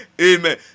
Amen